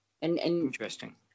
Interesting